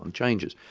and changes.